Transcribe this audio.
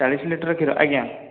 ଚାଳିଶ ଲିଟର୍ କ୍ଷୀର ଆଜ୍ଞା